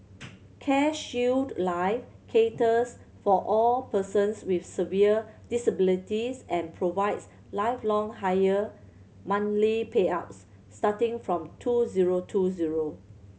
CareShield Life caters for all persons with severe disabilities and provides lifelong higher monthly payouts starting from two zero two zero